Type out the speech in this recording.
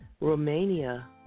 Romania